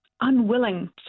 unwilling